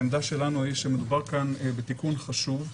העמדה שלנו היא שמדובר כאן בתיקון חשוב.